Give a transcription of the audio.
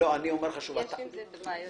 יש עם זה בעיה.